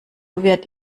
wird